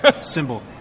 symbol